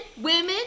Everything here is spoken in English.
women